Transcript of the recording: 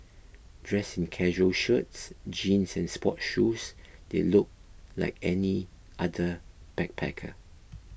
dressed in casual shirts jeans and sports shoes they looked like any other backpacker